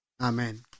Amen